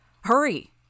Hurry